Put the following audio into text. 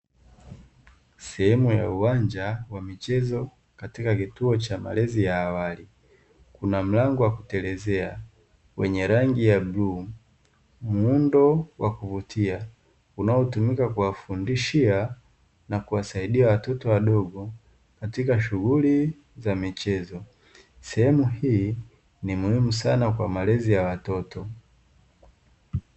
Sehemu ya uwanja wa michezo katika kituo cha malezi ya awali. Kuna mlango wa kutelezea, wenye rangi ya bluu, muundo wa kuvutia, unaotumika kuwafundishia na kuwasaidia watoto wadogo katika shughuli za michezo. Sehemu hii ni muhimu sana kwa malezi ya watoto.